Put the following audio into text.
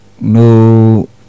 No